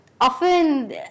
often